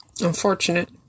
Unfortunate